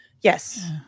Yes